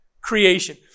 creation